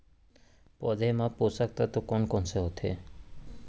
पौधे मा पोसक तत्व कोन कोन से होथे?